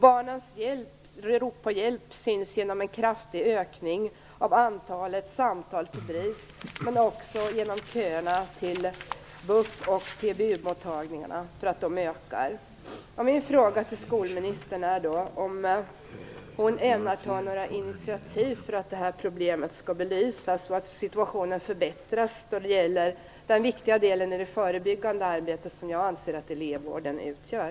Barnens rop på hjälp syns på den kraftiga ökningen av antalet samtal till BRIS men också på de ökande köerna till BUP och Min fråga till skolministern är om hon ämnar ta några initiativ för att det här problemet skall belysas och situationen förbättras när det gäller den viktiga del i det förebyggande arbetet som jag anser att elevvården utgör.